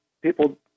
People